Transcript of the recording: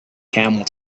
camel